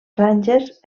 franges